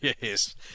yes